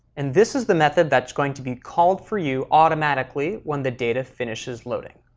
and this is the method that's going to be called for you automatically when the data finishes loading.